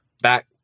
back